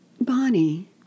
Bonnie